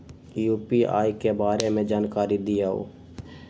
UPI के बारे में जानकारी दियौ?